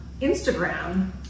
Instagram